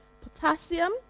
potassium